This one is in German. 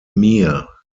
mir